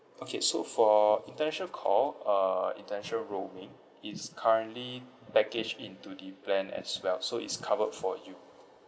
okay so for international call uh international roaming it's currently packaged into the plan as well so it's covered for you